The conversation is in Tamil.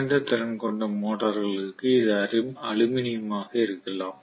குறைந்த திறன் கொண்ட மோட்டர்களுக்கு இது அலுமினியமாக இருக்கலாம்